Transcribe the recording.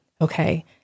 okay